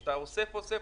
אתה אוסף ואוסף,